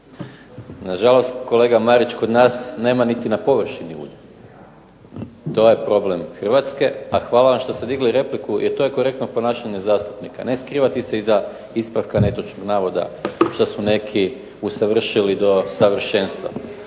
Nažalost kolega Marić, kod nas nema niti na površini ulja. To je problem Hrvatske. A hvala vam što ste digli repliku jer to je korektno ponašanje zastupnika. Ne skrivati se iza ispravka netočnog navoda što su neki usavršili do savršenstva.